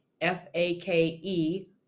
F-A-K-E